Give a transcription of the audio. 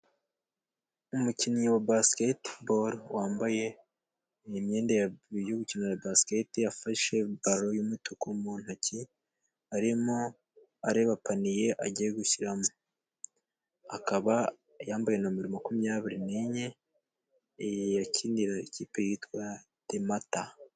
Umukinnyi wa basiketibolu, wambaye imyenda yo gukina basikete, afashe balo y’umutuku mu ntoki, arimo areba paniye agiye gushyiramo. Akaba yambaye nomero makumyabiri n’enye, yakiniraga ikipe yitwa Demata.